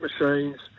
machines